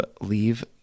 leave